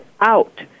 out